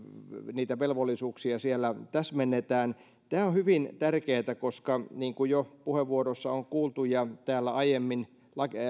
niitä velvollisuuksia siellä täsmennetään tämä on hyvin tärkeätä koska niin kuin jo puheenvuoroissa on kuultu ja täällä aiemmin